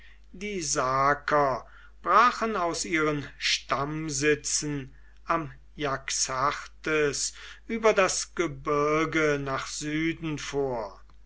die saker brachen aus ihren stammsitzen am jaxartes über das gebirge nach süden vor